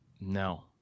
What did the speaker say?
no